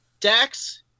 Dax